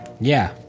Yeah